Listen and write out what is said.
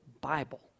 Bible